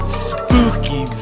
spooky